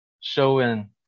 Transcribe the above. Showing